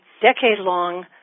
decade-long